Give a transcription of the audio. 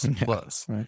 plus